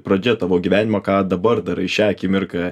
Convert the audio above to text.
pradžia tavo gyvenimo ką dabar darai šią akimirką